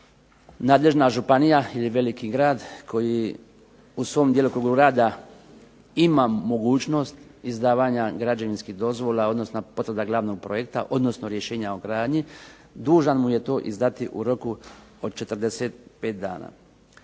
nadležna županija ili veliki grad koji u svom djelokrugu rada ima mogućnost izdavanja građevinskih dozvola, odnosno potvrda glavnog projekta odnosno rješenja o gradnji dužan mu je to izdati u roku od 45 dana.